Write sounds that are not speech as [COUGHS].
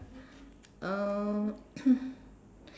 uh [COUGHS]